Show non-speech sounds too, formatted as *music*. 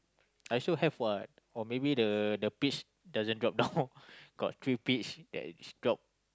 I so have [what] or maybe the the peach doesn't drop *laughs* down got three peach that is drop